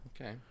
Okay